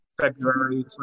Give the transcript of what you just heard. February